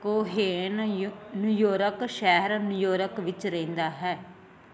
Cohen New York ਸ਼ਹਿਰ New York ਵਿੱਚ ਰਹਿੰਦਾ ਹੈ